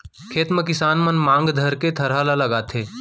खेत म किसान मन मांग धरके थरहा ल लगाथें